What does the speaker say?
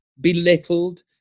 belittled